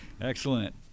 Excellent